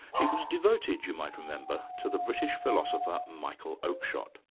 it was devoted, you might remember, to the british philosopher michael oakeshott.